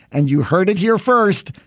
and you heard it here first.